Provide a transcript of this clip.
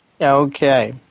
Okay